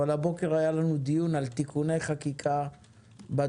אבל הבוקר היה לנו דיון על תיקוני חקיקה בדואר